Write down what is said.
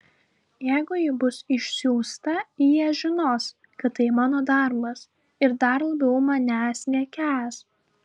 jeigu ji bus išsiųsta jie žinos kad tai mano darbas ir dar labiau manęs nekęs